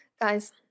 Guys